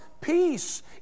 peace